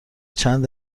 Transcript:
چند